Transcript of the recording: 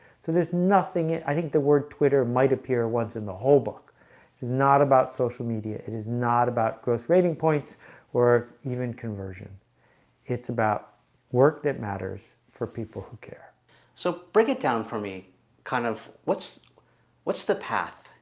so there's nothing it i think the word twitter might appear once in the whole book is not about social media it is not about growth rating points or even conversion it's about work that matters for people who care so break it down for me kind of what's what's the path?